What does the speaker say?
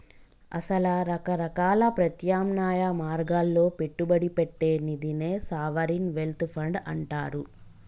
అసల రకరకాల ప్రత్యామ్నాయ మార్గాల్లో పెట్టుబడి పెట్టే నిదినే సావరిన్ వెల్త్ ఫండ్ అంటారు